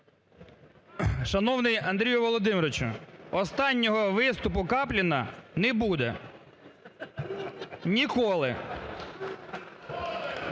Шановний Андрію Володимировичу, останнього виступу Капліна не буде ніколи.